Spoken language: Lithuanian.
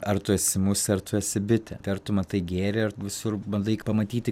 ar tu esi musė ar tu esi bitė tai ar tu matai gėrį ir visur bandai pamatyti